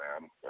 man